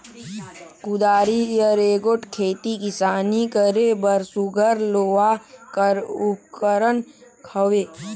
कुदारी हर एगोट खेती किसानी करे बर सुग्घर लोहा कर उपकरन हवे